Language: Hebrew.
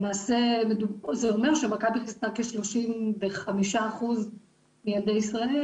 למעשה זה אומר שמכבי חיסנה כ-35% מילדי ישראל.